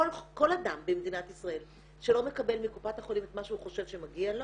כל אדם במדינת ישראל שלא מקבל מקופת החולים את מה שהוא חושב שמגיע לו,